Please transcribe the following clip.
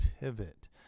pivot